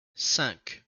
cinq